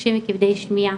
חרשים וכבדי שמיעה.